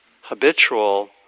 habitual